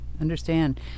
understand